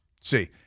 See